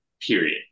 Period